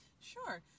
Sure